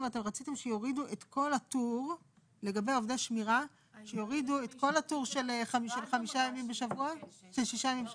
בתוספת נוסחת הביטוח הלאומי שבשורה 5 לחלק